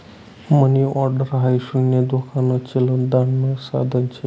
मनी order हाई शून्य धोकान चलन धाडण साधन शे